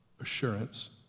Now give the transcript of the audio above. assurance